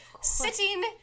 sitting